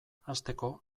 hasteko